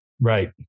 right